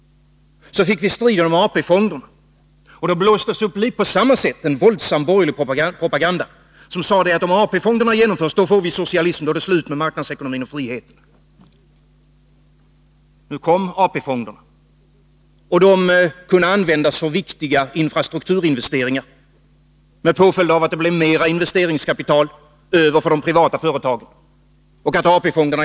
Så fick vi striden om AP-fonderna. Då blåstes det upp på samma sätt en våldsam borgerlig propaganda, som sade att ett genomförande av AP fonderna skulle medföra socialism och göra slut på marknadsekonomin och friheten. AP-fonderna kom. De skulle användas för viktiga infrastrukturinvesteringar med påföljd att det blev mera investeringskapital över för de privata företagen.